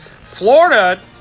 Florida